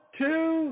two